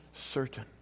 certain